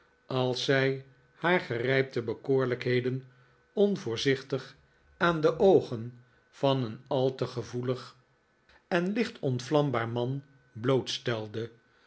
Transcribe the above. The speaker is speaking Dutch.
als zij haar gerijpte bekoorlijkheden onvoorzichtig aan de oogen van een al te gevoelig en licht nikolaas nickleby ontvlambaar man